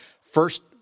First